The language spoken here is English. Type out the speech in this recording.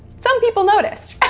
some people noticed.